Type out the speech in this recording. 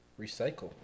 recycle